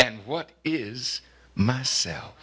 and what is myself